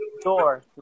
door